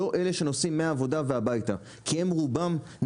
רוב האנשים נוסעים מהעבודה הביתה אבל האוכלוסייה